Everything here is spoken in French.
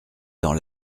dans